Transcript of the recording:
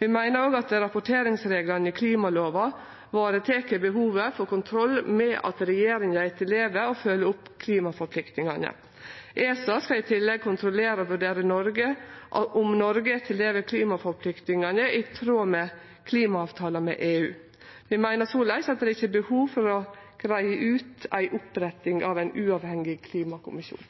Vi meiner også at rapporteringsreglane i klimalova varetek behovet for kontroll med at regjeringa etterlever og følgjer opp klimaforpliktingane. ESA skal i tillegg kontrollere og vurdere om Noreg etterlever klimaforpliktingane i tråd med klimaavtalen med EU. Vi meiner såleis at det ikkje er behov for å greie ut ei oppretting av ein uavhengig klimakommisjon.